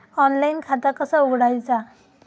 Online खाता कसा उघडायचा?